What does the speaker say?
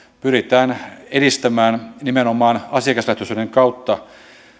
pyritään edistämään nimenomaan asiakaslähtöisyyden kautta